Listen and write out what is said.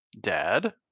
Dad